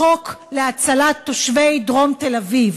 חוק להצלת תושבי דרום תל-אביב,